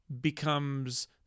becomes